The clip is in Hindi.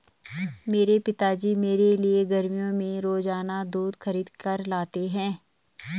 मेरे पिताजी मेरे लिए गर्मियों में रोजाना दूध खरीद कर लाते हैं